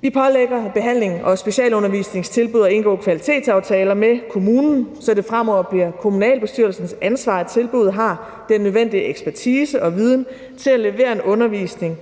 Vi pålægger behandlings- og specialundervisningstilbud at indgå kvalitetsaftaler med kommunen, så det fremover bliver kommunalbestyrelsens ansvar, at tilbuddet har den nødvendige ekspertise og viden til at levere en undervisning